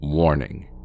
Warning